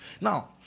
Now